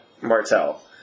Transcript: Martell